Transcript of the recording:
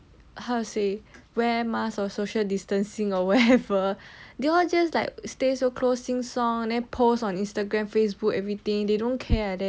how to say wear mask or social distancing or wherever they all just like stay so close sing song then post on instagram facebook everything they don't care like that